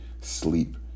sleep